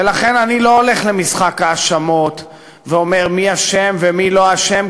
ולכן אני לא הולך למשחק האשמות ואומר מי אשם ומי לא אשם,